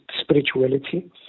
spirituality